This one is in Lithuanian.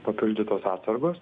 papildytos atsargos